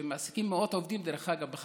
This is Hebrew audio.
שדרך אגב, מעסיקים מאות עובדים בחקלאות,